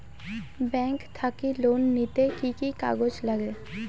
Bank থাকি loan নিতে কি কি কাগজ নাগে?